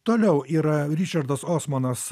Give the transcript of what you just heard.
toliau yra ričardas osmanas